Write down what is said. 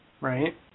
Right